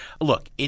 Look